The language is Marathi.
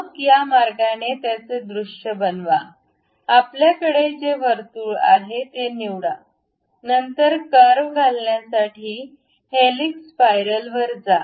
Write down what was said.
मग या मार्गाने त्याचे दृश्य बनवा आपल्याकडे जे वर्तुळ आहे ते निवडा नंतर कर्व घालण्यासाठी हेलिक्स स्पायरल वर जा